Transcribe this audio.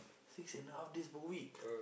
six and half days per week